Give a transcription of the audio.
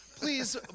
please